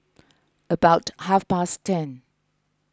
about half past ten